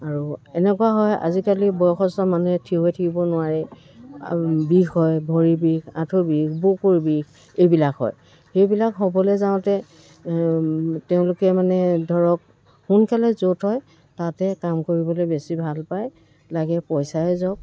আৰু এনেকুৱা হয় আজিকালি বয়সষ্ঠ মানুহ থিয় হৈ থাকিব নোৱাৰে আৰু বিষ হয় ভৰি বিষ আঁঠুৰ বিষ বুকুৰ বিষ এইবিলাক হয় সেইবিলাক হ'বলৈ যাওঁতে তেওঁলোকে মানে ধৰক সোনকালে য'ত হয় তাত হে কাম কৰিবলৈ বেছি ভাল পায় লাগে পইচাই যাওক